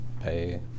pay